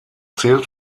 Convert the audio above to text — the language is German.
zählt